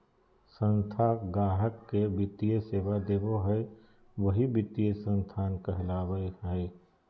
संस्था गाहक़ के वित्तीय सेवा देबो हय वही वित्तीय संस्थान कहलावय हय